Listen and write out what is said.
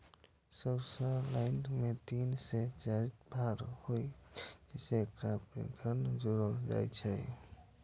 subsoiler मे तीन से चारिटा फाड़ होइ छै, जे एकटा फ्रेम सं जुड़ल रहै छै